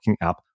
app